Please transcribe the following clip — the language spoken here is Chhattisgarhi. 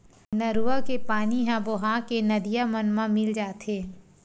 नरूवा के पानी ह बोहा के नदिया मन म मिल जाथे